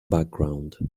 background